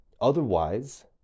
Otherwise